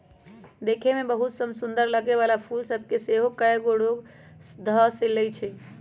देखय में बहुते समसुन्दर लगे वला फूल सभ के सेहो कएगो रोग सभ ध लेए छइ